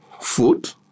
food